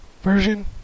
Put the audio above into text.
version